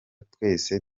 twese